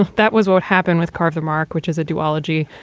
that was what happened with carver mark, which is a due ology.